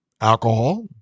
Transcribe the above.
alcohol